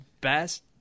best